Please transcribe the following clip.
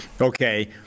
Okay